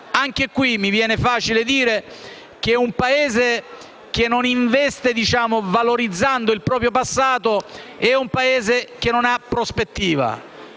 proposito mi viene facile dire che un Paese che non investe nella valorizzazione del proprio passato è un Paese che non ha prospettiva.